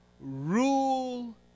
rule